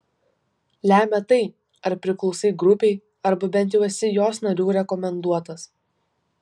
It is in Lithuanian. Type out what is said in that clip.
lemia tai ar priklausai grupei arba bent jau esi jos narių rekomenduotas